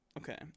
okay